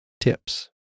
tips